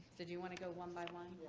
did you want to go one by one?